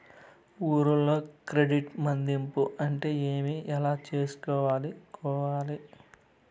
ఊర్లలో క్రెడిట్ మధింపు అంటే ఏమి? ఎలా చేసుకోవాలి కోవాలి?